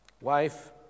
Wife